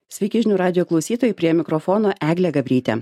sveiki žinių radijo klausytojai prie mikrofono eglė gabrytė